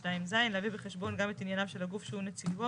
12(ב)(2)(ז) להביא בחשבון גם את ענייניו של הגוף שהוא נציגו,